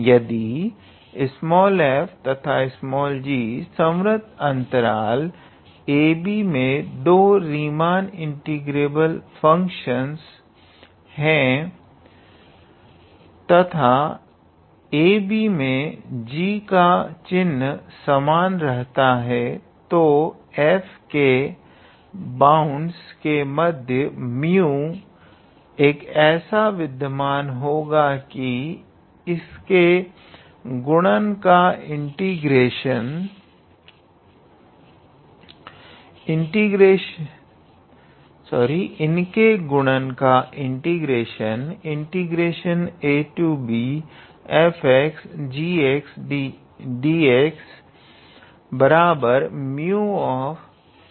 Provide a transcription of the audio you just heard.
यदि f तथा g संवर्त अंतराल ab मे दो रीमान इंटीग्रेबल फंक्शनस है तथा ab मे g का चिन्ह समान रहता है तो f के बाण्ड्स के मध्य 𝜇 एक ऐसा विद्यमान होगा कि इनके गुणन का इंटीग्रेशन abfgdx μ abgdx होगा